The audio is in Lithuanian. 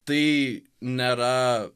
tai nėra